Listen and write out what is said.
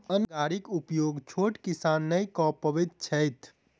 अन्न गाड़ीक उपयोग छोट किसान नै कअ पबैत छैथ